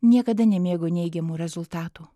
niekada nemėgo neigiamų rezultatų